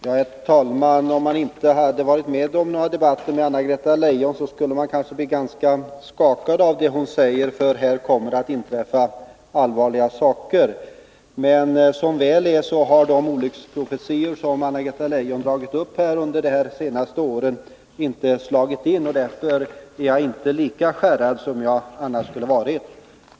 Herr talman! Om man inte hade varit med om liknande debatter med Anna-Greta Leijon, skulle man kanske ha kunnat bli ganska skakad av vad hon sade och tro att det kommer att inträffa allvarliga saker. Som väl är har de olycksprofetior som Anna-Greta Leijon kommit med under det senaste året inte slagit in. Därför är jag inte lika uppskärrad som jag annars skulle ha varit.